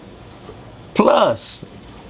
plus